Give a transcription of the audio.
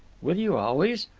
will you always?